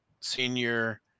senior